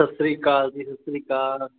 Sat Sri Akal ji Sat Sri Akal